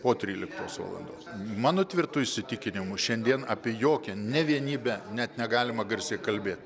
po tryliktos valandos mano tvirtu įsitikinimu šiandien apie jokią ne vienybę net negalima garsiai kalbėt